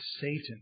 Satan